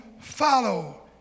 follow